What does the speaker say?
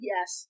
Yes